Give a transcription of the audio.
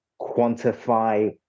quantify